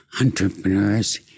Entrepreneurs